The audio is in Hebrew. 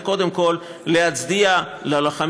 הוא קודם כול להצדיע ללוחמים,